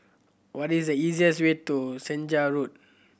what is the easiest way to Senja Road